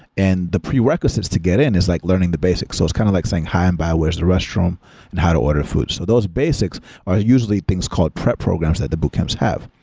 and the prerequisites to get in is like learning the basics. so it's kind of like saying hi and bye, where's the restroom and how to order a food. so those basics are usually things called prep programs that the boot camps have.